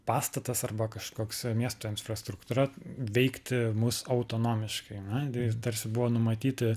pastatas arba kažkoks miesto infrastruktūra veikti mus autonomiškai na tarsi buvo numatyti